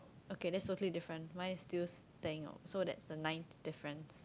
okay that's totally different mine is still staying on so that's the ninth difference